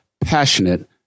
passionate